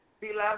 beloved